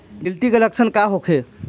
गिलटी के लक्षण का होखे?